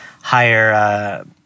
higher